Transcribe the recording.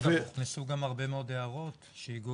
הוכנסו גם הרבה מאוד הערות שהגיעו